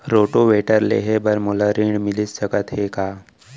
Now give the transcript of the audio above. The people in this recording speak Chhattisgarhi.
रोटोवेटर लेहे बर मोला ऋण मिलिस सकत हे का?